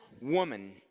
Woman